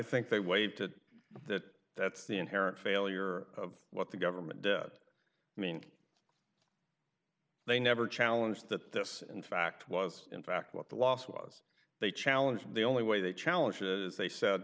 think they waived to that that's the inherent failure of what the government debt i mean they never challenge that this in fact was in fact what the loss was they challenge the only way they challenges they said